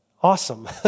awesome